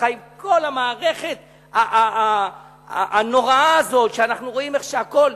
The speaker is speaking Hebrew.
ככה עם כל המערכת הנוראה הזו שאנחנו רואים איך שהכול,